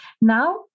Now